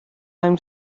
i’m